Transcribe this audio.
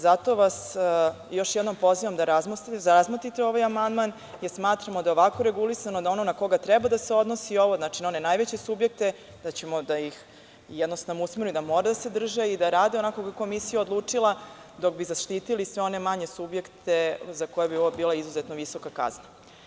Zato vas još jednom pozivam da razmotrite ovaj amandman, jer smatramo da ovako regulisano, da ono na koga treba da se odnosi, znači na one najveće subjekte, da ćemo da ih jednostavno usmerimo da mora da se drže i da rade onako kako je komisija odlučila, dok bi zaštitili sve one manje subjekte, za koje bi ovo bila izuzetno visoka kazna.